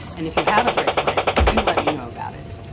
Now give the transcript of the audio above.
and if you have a great place do let me know about it.